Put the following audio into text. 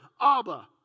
Abba